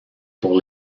pour